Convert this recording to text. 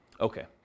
Okay